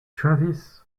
travis